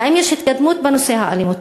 האם יש התקדמות בנושא האלימות?